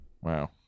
Wow